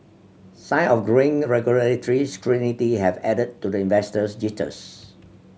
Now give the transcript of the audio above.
sign of growing regulatory scrutiny have added to the investors jitters